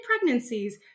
pregnancies